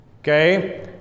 Okay